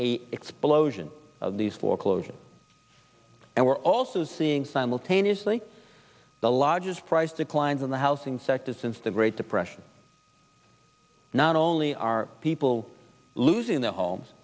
a explosion of these foreclosures and we're also seeing simultaneously the largest price declines in the housing sector since the great depression not only are people losing their homes